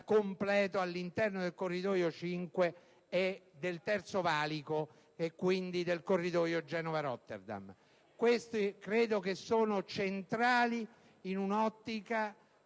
completo all'interno del corridoio 5 e del terzo valico e quindi del corridoio Genova-Rotterdam. Credo che ciò sia centrale nell'ottica